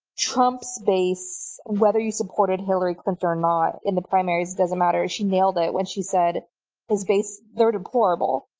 trump's base, whether you supported hillary clinton or not in the primaries, it doesn't matter. she nailed it when she said his base, they're deplorable.